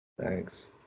Thanks